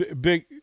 Big